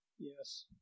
Yes